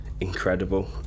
incredible